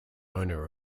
owner